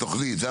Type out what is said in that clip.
בתוכנית.